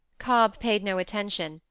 cobb paid no attention,